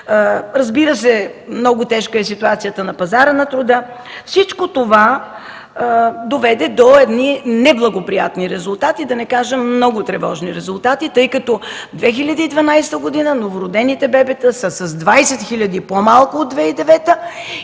Разбира се, много тежка е ситуацията на пазара на труда. Всичко това доведе до едни неблагоприятни резултати, да не кажа много тревожни резултати, тъй като през 2012 г. новородените бебета са с 20 хиляди по-малко от 2009 г.